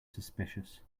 suspicious